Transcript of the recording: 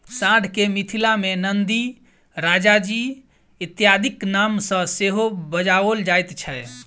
साँढ़ के मिथिला मे नंदी, राजाजी इत्यादिक नाम सॅ सेहो बजाओल जाइत छै